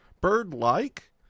bird-like